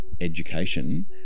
education